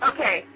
Okay